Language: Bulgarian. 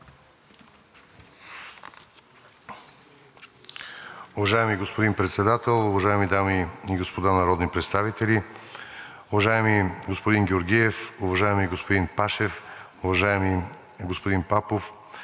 Уважаеми господин Председател, уважаеми дами и господа народни представители! Уважаеми господин Георгиев, уважаеми господин Пашев, уважаеми господин Папов,